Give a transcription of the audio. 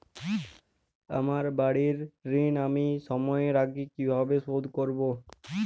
আমার বাড়ীর ঋণ আমি সময়ের আগেই কিভাবে শোধ করবো?